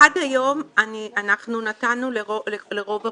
עד היום אנחנו נתנו לרוב הפניות.